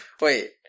Wait